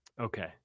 Okay